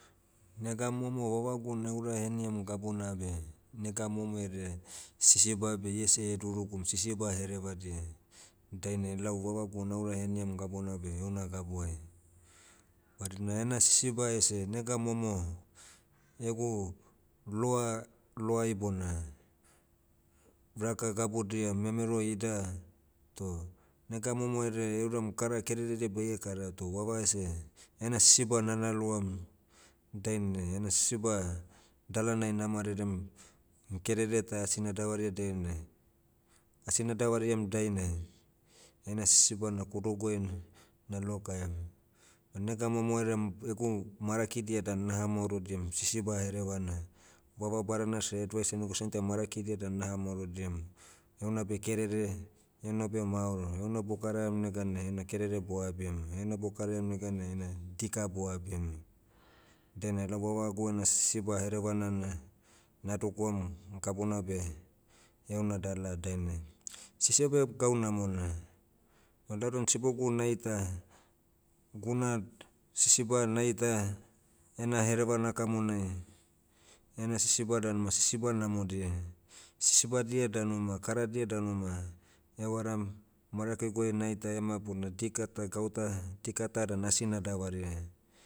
Nega momo vavagu naura heniamu gabuna beh, nega momoerea, sisiba beh iese durugum sisiba herevadia. Dainai lau vavagu naura heniam gabuna beh heuna gabu ai. Badina ena sisiba ese nega momo, egu loa, loai bona, raka gabudia memero ida, toh, nega momoherea euram kara kereredia baie kara toh vava ese, ena sisiba nalaloam, dainai ena sisiba, dalanai na marerem. Kerere ta asi nadavaria dainai- asi nadavariam dainai, ena sisiba na kudoguai, na lokaiam. Ban nega momo haida egu marakidia dan naha maorodiam sisiba herevana, vava badana seh advise enigu same time marakidia dan naha maorodiam, heuna beh kerere, heuna beh maoro. Heuna bokaraiam neganai heina kerere boabiam, heina bokaraiam neganai ena, dika boabiamu. Dainai lau vavagu ena sisiba herevana na, na dogoam, gabbuna beh, heuna dala dainai. Sisiba gau namona. Ban lau dan sibogu naita, guna, sisiba naitaia, ena hereva nakamonai, ena sisiba dan ma sisiba namodia. Sisibadia danu ma karadia danu ma, evaram, marakiguai naita ema bona dika ta gauta, dika ta dan asi nadavaria.